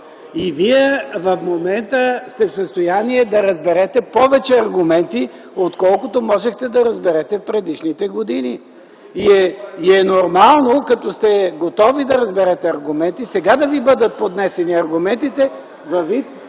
Вие в момента сте в състояние да разберете повече аргументи, отколкото можехте да разберете в предишните години. И е нормално, като сте готови да разберете аргументи, сега да ви бъдат поднесени аргументите във вид